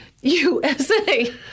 USA